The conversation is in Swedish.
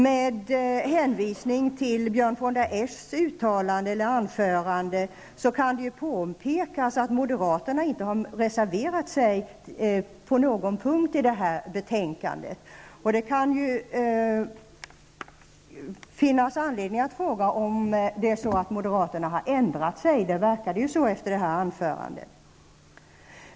Med hänvisning till Björn von der Eschs anförande kan det påpekas att moderaterna inte har reserverat sig på någon punkt i detta betänkande. Det kan finnas anledning att fråga om moderaterna har ändrat sig. Det verkade så av detta anförande.